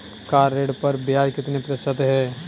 Car ऋण पर ब्याज कितने प्रतिशत है?